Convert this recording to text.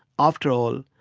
after all,